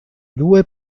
due